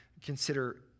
consider